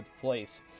place